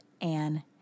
Anne